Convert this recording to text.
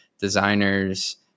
designers